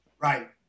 right